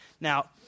Now